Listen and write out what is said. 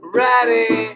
ready